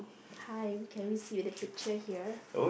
hi we can we see the picture here